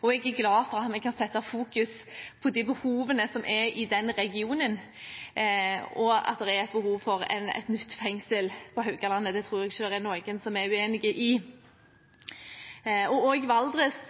og jeg er glad for at vi kan sette fokus på de behovene som er i den regionen. Og at det er behov for et nytt fengsel på Haugalandet, tror jeg ikke det er noen som er uenig i. Også Valdres